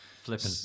Flippin